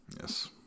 Yes